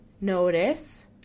notice